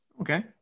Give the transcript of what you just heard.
Okay